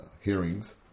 hearings